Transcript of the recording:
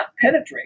penetrate